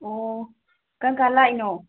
ꯑꯣ ꯀꯔꯝꯀꯥꯟꯗ ꯂꯥꯛꯏꯅꯣ